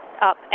up